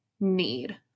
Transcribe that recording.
need